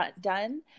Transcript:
done